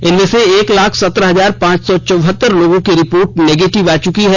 इनमें से एक लाख संत्रह हजार पांच सौ चौहतर लोगों की रिपोर्ट निगेटिव आ चुकी है